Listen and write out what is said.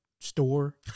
store